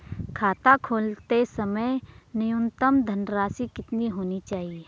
खाता खोलते समय न्यूनतम धनराशि कितनी होनी चाहिए?